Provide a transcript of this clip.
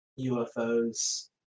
ufos